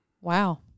Wow